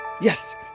Yes